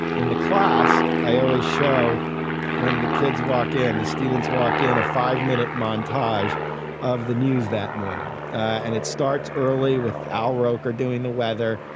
in the class. i always show when the kids walk in, the students walk in. a five minute montage of the news that morning. and it starts early with al roker doing the weather.